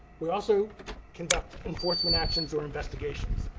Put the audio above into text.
we also conduct enforcement actions or investigations,